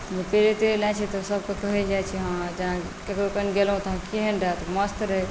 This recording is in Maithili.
पेड़े तेड़े लैत छै तऽ सभकेँ कहल जाइत छै हँ गेलहुँ तऽ केहन रहए तऽ मस्त रहै